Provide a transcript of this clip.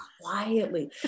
quietly